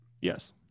Yes